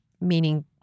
meaning